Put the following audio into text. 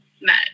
met